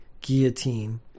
guillotine